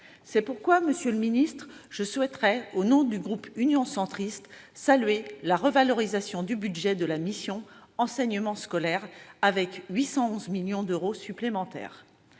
raison pour laquelle, monsieur le ministre, je souhaiterais, au nom du groupe Union Centriste, saluer la revalorisation du budget de la mission « Enseignement scolaire » avec 811 millions d'euros supplémentaires.